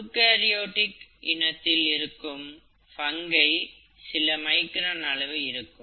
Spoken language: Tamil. யூகரியோட்ஸ் இனத்தில் இரருக்கும் பங்கை சில மைக்ரான் அளவு இருக்கும்